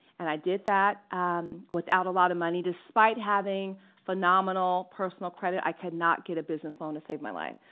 and i did that without a lot of money, despite having phenomenal personal credit, i could not get a business loan to save my life.